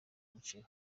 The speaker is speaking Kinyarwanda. umuceri